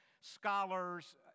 scholars